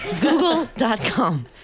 google.com